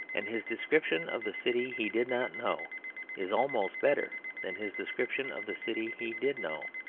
and his description of the city he did not know is almost better than his description of the city he did know.